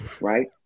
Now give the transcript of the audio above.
right